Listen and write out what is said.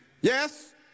yes